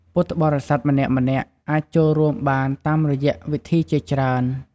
ពុទ្ធបរិស័ទម្នាក់ៗអាចចូលរួមបានតាមរយៈវិធីជាច្រើន។